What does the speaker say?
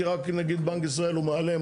כי רק נגיד בנק ישראל הוא מעלה,